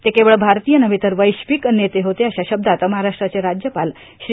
ते केवळ भारतीय नव्हे तर वैश्विक नेते होते अशा शब्दात महाराष्ट्राचे राज्यपाल श्री